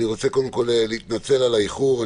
אני מתנצל על האיחור.